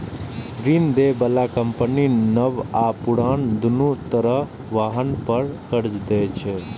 ऋण दै बला कंपनी नव आ पुरान, दुनू तरहक वाहन पर कर्ज दै छै